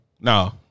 no